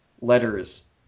letters